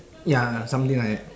ya something like that